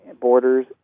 Borders